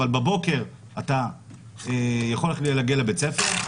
אבל בבוקר אתה יכול להגיע לבית ספר,